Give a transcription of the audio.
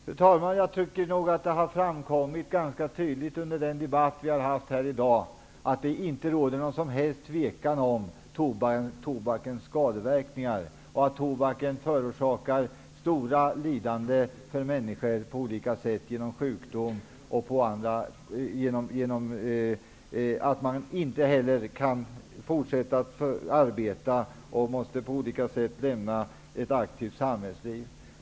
Fru talman! Under den debatt som har förts här i dag har det nog ganska tydligt framkommit att det inte råder något som helst tvivel om tobakens skadeverkningar och att tobaken förorsakar stora lidanden för människor på olika sätt. Man kan bli sjuk, och man kan kanske därför inte heller fortsätta att arbeta utan måste lämna ett aktivt samhällsliv.